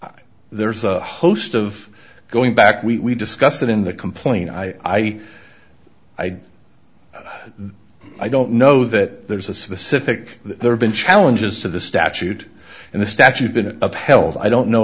there's a host of going back we discussed that in the complaint i i i don't know that there's a specific there have been challenges to the statute and the statute been upheld i don't know